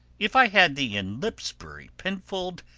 if i had thee in lipsbury pinfold,